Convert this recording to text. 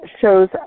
shows